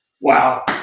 Wow